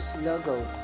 logo